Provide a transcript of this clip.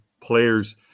players